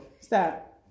Stop